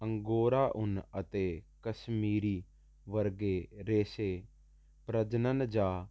Angora ਉਨ ਅਤੇ ਕਸ਼ਮੀਰੀ ਵਰਗੇ ਰੇਸ਼ੇ ਪ੍ਰਜਨਨ ਜਾਂ